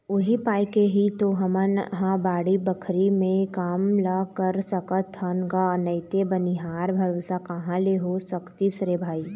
उही पाय के ही तो हमन ह बाड़ी बखरी के काम ल कर सकत हन गा नइते बनिहार भरोसा कहाँ ले हो सकतिस रे भई